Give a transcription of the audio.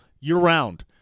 year-round